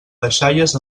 deixalles